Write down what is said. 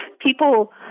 people